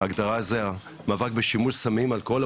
ההגדרה זה המאבק בשימוש סמים ואלכוהול,